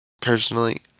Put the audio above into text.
Personally